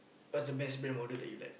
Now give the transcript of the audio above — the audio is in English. what's the best brand model that you like